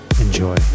Enjoy